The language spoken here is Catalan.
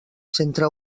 centre